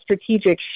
strategic